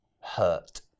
hurt